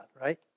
right